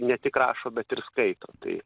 ne tik rašo bet ir skaito tai